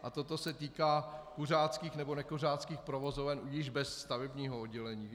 Toto se týká kuřáckých nebo nekuřáckých provozoven již bez stavebního oddělení.